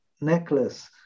necklace